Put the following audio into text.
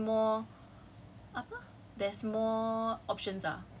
but the the new application yang dorang kasi it's more